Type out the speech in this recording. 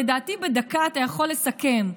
לדעתי בדקה אתה יכול לסכם,